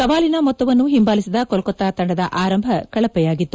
ಸವಾಲಿನ ಮೊತ್ತವನ್ನು ಹಿಂಬಾಲಿಸಿದ ಕೋಲ್ಕತ್ತಾ ತಂಡದ ಆರಂಭ ಕಳಪೆಯಾಗಿತ್ತು